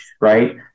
right